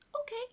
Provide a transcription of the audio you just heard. Okay